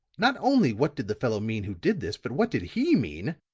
not only what did the fellow mean who did this, but what did he mean,